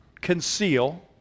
conceal